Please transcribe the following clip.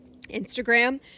Instagram